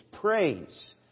Praise